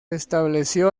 estableció